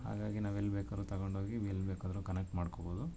ಹಾಗಾಗಿ ನಾವು ಎಲ್ಲಿ ಬೇಕಾದ್ರು ತೆಗೊಂಡು ಹೋಗಿ ಎಲ್ಲಿ ಬೇಕಾದರೂ ಕನೆಕ್ಟ್ ಮಾಡ್ಕೋಬೋದು